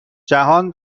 جهان